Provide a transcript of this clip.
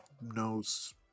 knows